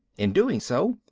in doing so,